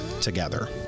together